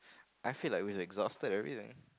I feel like we exhausted everything